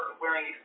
wearing